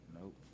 Nope